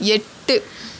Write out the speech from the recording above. எட்டு